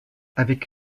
avec